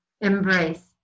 embrace